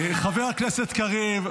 אתה --- חבר הכנסת קריב.